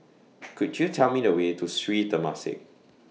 Could YOU Tell Me The Way to Sri Temasek